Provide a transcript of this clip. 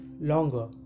longer